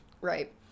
Right